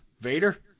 Vader